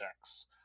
checks